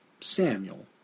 Samuel